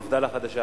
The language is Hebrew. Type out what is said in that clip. מפד"ל החדשה,